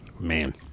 man